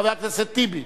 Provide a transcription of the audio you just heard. חבר הכנסת טיבי,